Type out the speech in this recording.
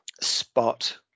spot